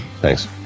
Thanks